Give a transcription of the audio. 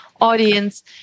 audience